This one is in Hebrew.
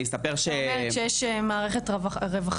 אני אספר ש- -- אתה אומר שיש מערכת רווחה